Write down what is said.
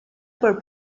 por